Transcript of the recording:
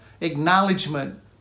acknowledgement